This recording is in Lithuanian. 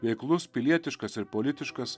veiklus pilietiškas ir politiškas